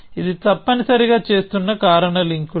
ఇది తప్పనిసరిగా చేస్తున్న కారణలింకులు